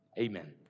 amen